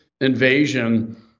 invasion